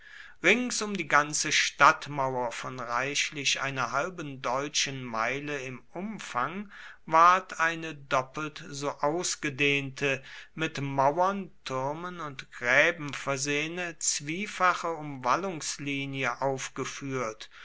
rings um die ganze stadtmauer von reichlich einer halben deutschen meile im umfang ward eine doppelt so ausgedehnte mit mauern türmen und gräben versehene zwiefache umwallungslinie aufgeführt